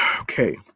Okay